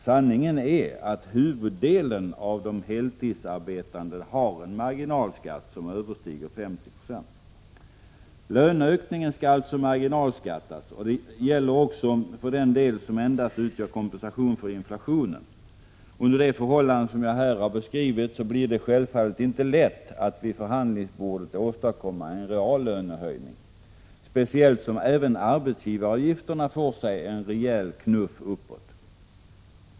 Sanningen är att huvuddelen av de heltidsarbetande har en marginalskatt som överstiger 50 96. Löneökningen skall alltså marginalbeskattas, och detta gäller också den del som endast utgör kompensation för inflationen. Under de förhållanden som jag här har beskrivit blir det självfallet inte lätt att vid förhandlingsbordet åstadkomma en reallönehöjning, speciellt som även arbetsgivaravgifterna får sig en rejäl knuff uppåt.